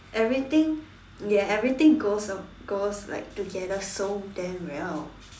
everything ya everything goes goes like together so damn well